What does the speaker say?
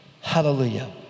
Hallelujah